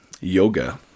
Yoga